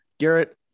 Garrett